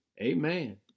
amen